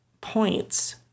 points